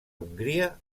hongria